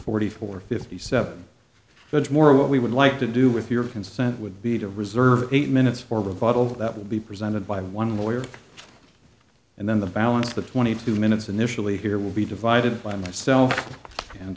forty four fifty seven that's more what we would like to do with your consent would be to reserve eight minutes for rebuttal that will be presented by one lawyer and then the balance of the twenty two minutes initially here will be divided by myself and